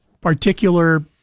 particular